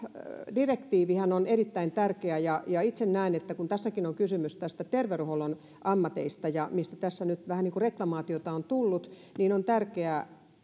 direktiivihän on erittäin tärkeä ja ja itse näen että kun tässäkin on kyse terveydenhuollon ammateista mistä tässä nyt vähän niin kuin reklamaatiota on tullut niin on